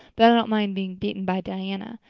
but i don't mind being beaten by diana.